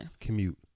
Commute